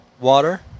water